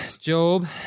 Job